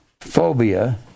phobia